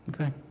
Okay